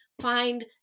find